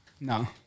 No